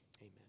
amen